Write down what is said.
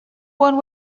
one